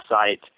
site